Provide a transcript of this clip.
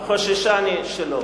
אך חוששני שלא.